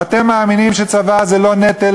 ואתם מאמינים שצבא זה לא נטל,